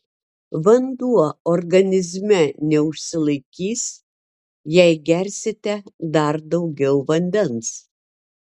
vanduo organizme neužsilaikys jei gersite dar daugiau vandens